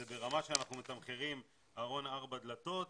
זה ברמה שאנחנו מתמחרים ארון ארבע דלתות,